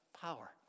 power